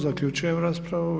Zaključujem raspravu.